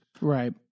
Right